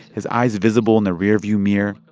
his eyes visible in the rearview mirror,